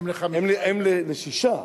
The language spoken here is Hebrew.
אם לשישה.